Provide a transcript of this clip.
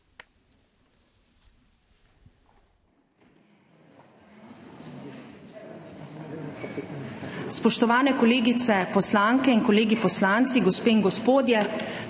Spoštovani kolegice poslanke in kolegi poslanci, gospe in gospodje,